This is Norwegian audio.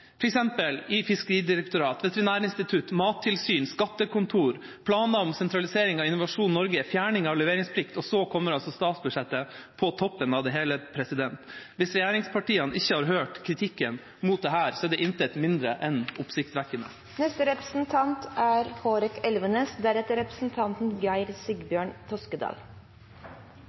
i Fiskeridirektoratet, Veterinærinstituttet, Mattilsynet, skattekontoret, planer om sentralisering av Innovasjon Norge, fjerning av leveringsplikt, og så kommer altså statsbudsjettet på toppen av det hele. Hvis regjeringspartiene ikke har hørt kritikken mot dette, så er det intet mindre enn